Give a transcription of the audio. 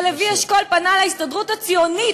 כשלוי אשכול פנה להסתדרות הציונית